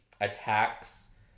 attacks